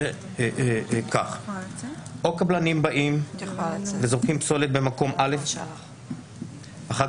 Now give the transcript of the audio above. זה שקבלנים זורקים פסולת במקום א' ואחר